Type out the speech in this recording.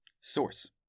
Source